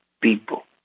people